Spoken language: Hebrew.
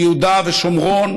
ביהודה ושומרון,